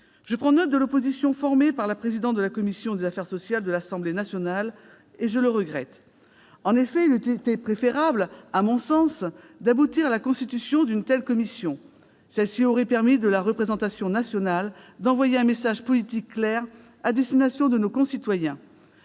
Je prends note de l'opposition formée par la présidente de la commission des affaires sociales de l'Assemblée nationale, et je la regrette. En effet, j'estime qu'il eût été préférable d'aboutir à la constitution d'une telle commission. Celle-ci aurait permis à la représentation nationale d'envoyer un message politique clair à destination de nos concitoyens